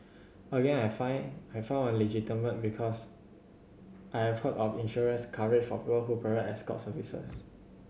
again I find I found it legitimate because I have heard of insurance coverage for who provide escort services